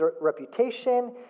reputation